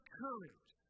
courage